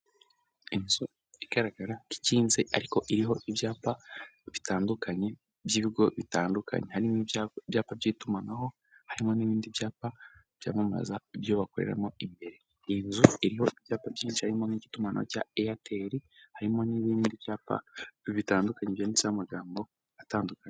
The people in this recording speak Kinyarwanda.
Inzu igaragara ko ikinze ariko iriho ibyapa bitandukanye by'ibigo bitandukanye harimo ibyapa ibyapa by'itumanaho, harimo n'ibindi byapa byamamaza ibyo bakoreramo imbere, iyi nzu iriho ibyapa byinshi harimo n'itumanaho cya Airtel harimo n'ibindi byapa bitandukanye byanditseho amagambogambo atandukanye.